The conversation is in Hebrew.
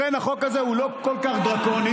לכן החוק הזה הוא לא כל כך דרקוני.